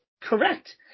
Correct